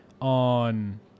on